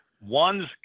Ones